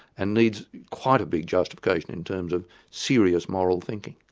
and needs quite a big justification in terms of serious moral thinking.